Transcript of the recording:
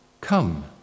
Come